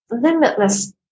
limitless